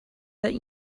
that